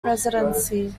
presidency